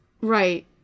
Right